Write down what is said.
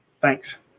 Thanks